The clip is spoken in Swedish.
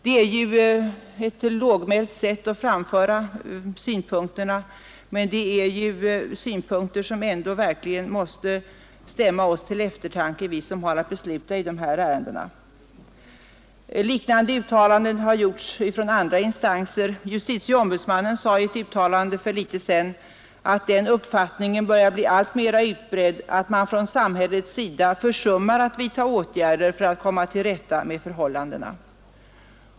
Det är ju ett lågmält sätt att framföra sina synpunkter, men det är synpunkter som ändå stämmer oss till eftertanke, vi som har att besluta i dessa ärenden. Liknande uttalanden har gjorts av andra instanser. Justitieombudsmannen sade sålunda i ett uttalande för en tid sedan att den uppfattningen börjar bli alltmer utbredd att man från samhällets sida försummar att vidtaga åtgärder för att komma till rätta med förhållandena.